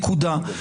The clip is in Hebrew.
נקודה.